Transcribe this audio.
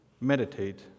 Meditate